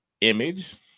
image